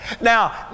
Now